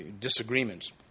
disagreements